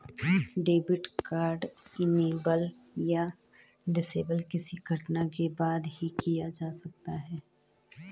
debit card enable या disable किसी घटना के बाद ही किया जा सकता है